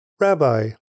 Rabbi